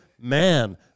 man